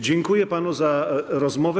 Dziękuję panu za rozmowę.